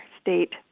State